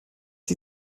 sie